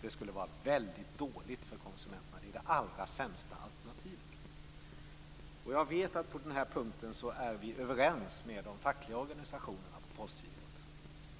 Det skulle vara väldigt dåligt för konsumenterna. Det är det allra sämsta alternativet. Jag vet att på den här punkten är vi överens med de fackliga organisationerna på Postgirot.